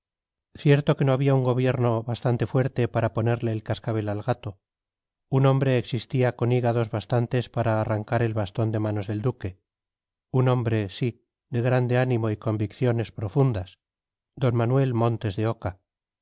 tiros cierto que no había un gobierno bastante fuerte para ponerle el cascabel al gato un hombre existía con hígados bastantes para arrancar el bastón de manos del duque un hombre sí de grande ánimo y convicciones profundas d manuel montes de oca